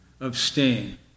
Abstain